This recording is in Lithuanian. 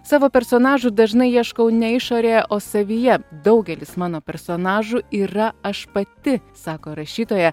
savo personažų dažnai ieškau ne išorėje o savyje daugelis mano personažų yra aš pati sako rašytoja